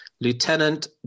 Lieutenant